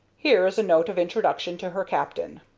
here is a note of introduction to her captain.